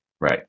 Right